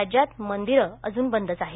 राज्यात मंदिरं अजून बंदच आहेत